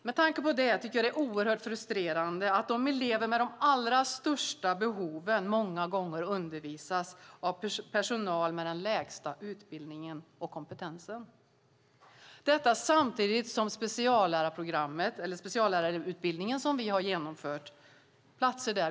Med tanke på det tycker jag att det är oerhört frustrerande att de elever med de allra största behoven många gånger undervisas av personal med den lägsta utbildningen och kompetensen - detta samtidigt som platser i dag gapar tomma i den speciallärarutbildning som vi har genomfört.